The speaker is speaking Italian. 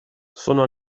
sono